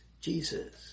Jesus